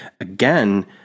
again